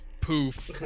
poof